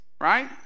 right